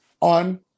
on